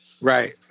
Right